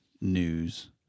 news